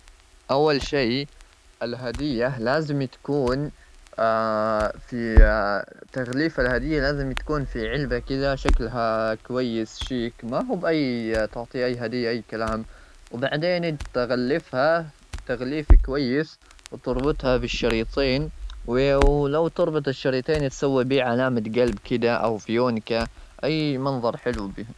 أول شيء، الهدية لازم تكون في تغليف الهدية لازم تكون في علبة كذا شكلها كويس، شيك، ما هو بأي علبة تعطيه أي هدية أي كلام. وبعدين، أنت غلفها تغليف كويس. وتربطها بالشريطين، و-ولو تربط الشريطين، يتسوى به علامة قلب كدا أو فيونكة. أي منظر حلو.